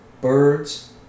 birds